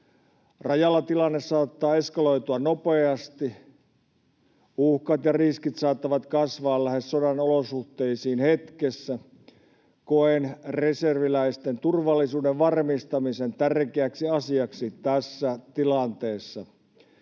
Rajalla tilanne saattaa eskaloitua nopeasti. Uhkat ja riskit saattavat kasvaa lähes sodan olosuhteisiin hetkessä. Koen reserviläisten turvallisuuden varmistamisen tärkeäksi asiaksi tässä tilanteessa.